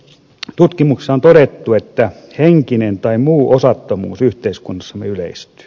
tutkimuksissa on todettu että henkinen tai muu osattomuus yhteiskunnassamme yleistyy